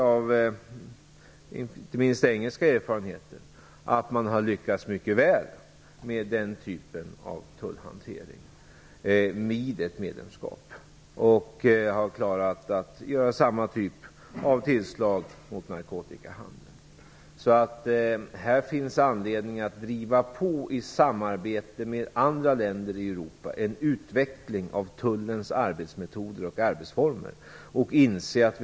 Av engelska erfarenheter kan vi se att de har lyckats väl med den typen av tullhantering vid ett medlemskap. De har klarat av att göra samma typ av tillslag mot narkotikahandeln som tidigare. Det finns anledning att driva på en utveckling av tullens arbetsmetoder och arbetsformer i samarbete med andra länder i Europa.